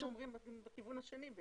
אנחנו אומרים בכיוון השני.